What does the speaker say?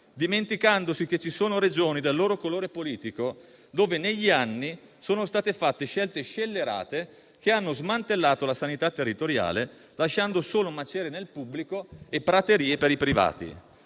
dimenticandosi che ci sono Regioni del loro colore politico dove negli anni sono state fatte scelte scellerate che hanno smantellato la sanità territoriale, lasciando solo macerie nel pubblico e praterie per i privati;